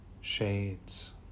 shades